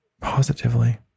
positively